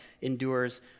endures